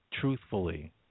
truthfully